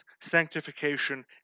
sanctification